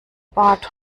bart